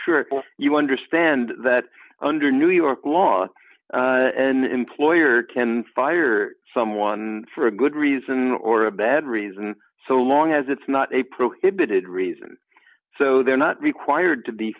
sure you understand that under new york law an employer can fire someone for a good reason or a bad reason so long as it's not a proof it booted reason so they're not required to be